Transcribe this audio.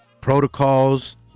protocols